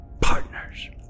Partners